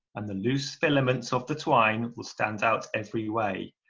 and the loose filaments of the twine will stand out every way,